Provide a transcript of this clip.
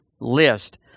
list